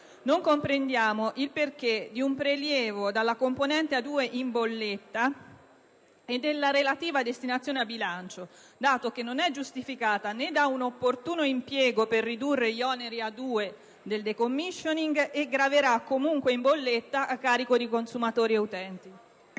Non comprendiamo il motivo di un prelievo dalla componente A2 in bolletta e della relativa destinazione a bilancio, dato che non è giustificata da un opportuno impiego per ridurre gli oneri A2 dell'attività di *decommissioning* e che tale misura graverà comunque in bolletta a carico di consumatori e utenti.